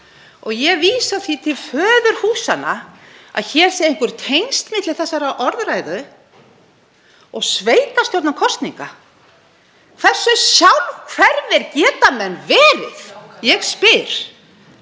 Ég vísa því til föðurhúsanna að einhver tengsl séu milli þessarar orðræðu og sveitarstjórnarkosninga. Hversu sjálfhverfir geta menn verið? Ég spyr.